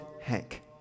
Hank